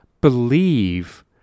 believe